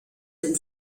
dem